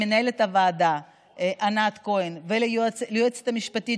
למנהלת הוועדה ענת כהן וליועצת המשפטית,